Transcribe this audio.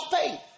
faith